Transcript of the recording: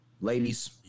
Ladies